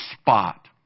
spot